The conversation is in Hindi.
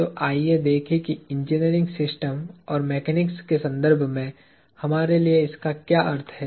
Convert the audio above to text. तो आइए देखें कि इंजीनियरिंग सिस्टम और मैकेनिक्स के संदर्भ में हमारे लिए इसका क्या अर्थ है